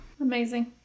amazing